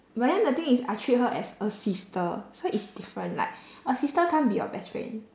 but then the thing is I treat her as a sister so it's different like a sister can't be your best friend